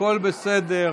הכול בסדר.